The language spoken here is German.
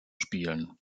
spielen